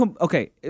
okay